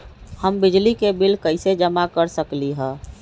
हम बिजली के बिल कईसे जमा कर सकली ह?